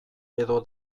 edo